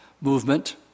movement